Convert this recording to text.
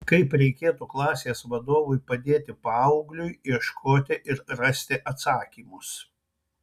kaip reikėtų klasės vadovui padėti paaugliui ieškoti ir rasti atsakymus